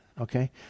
okay